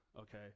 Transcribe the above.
okay